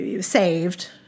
saved